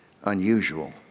unusual